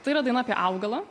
tai yra daina apie augalą